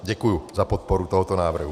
Děkuji za podporu tohoto návrhu.